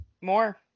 more